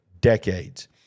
decades